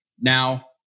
Now